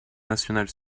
nationale